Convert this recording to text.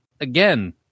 again